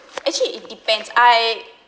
actually it depends I